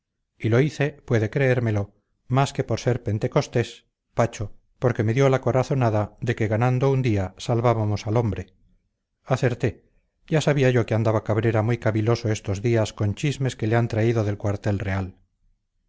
y lo hice puede creérmelo más que por ser pentecostés pacho porque me dio la corazonada de que ganando un día salvábamos al hombre acerté ya sabía yo que anda cabrera muy caviloso estos días con chismes que le han traído del cuartel real